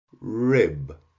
rib